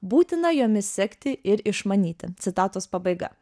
būtina jomis sekti ir išmanyti citatos pabaiga